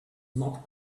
not